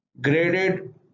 Graded